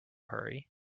hurry